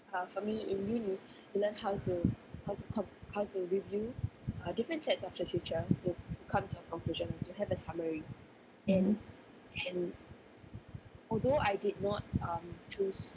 mm